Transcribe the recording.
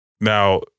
now